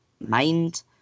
mind